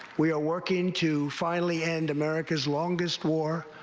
we are working to finally end america's longest war.